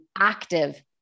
active